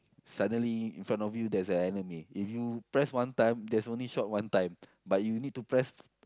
suddenly in front you there's a enemy if you press one time there's only shot one time but you need to press